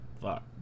Fuck